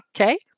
Okay